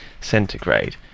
centigrade